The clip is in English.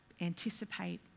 anticipate